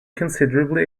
considerably